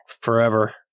forever